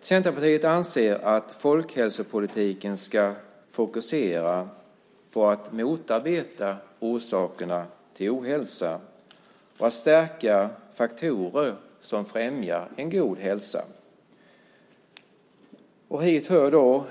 Centerpartiet anser att folkhälsopolitiken ska fokusera på att motarbeta orsakerna till ohälsa och på att stärka faktorer som främjar en god hälsa. Hit hör